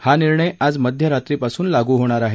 हा निर्णय आज मध्यरात्रीपासून लागू होणार आहे